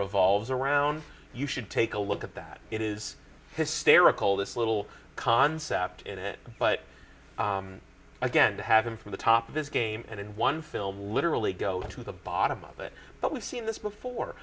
revolves around you should take a look at that it is hysterical this little concept in there but again to have him from the top of his game and in one film literally go to the bottom of it but we've seen this before